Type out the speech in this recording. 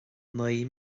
naoi